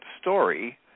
story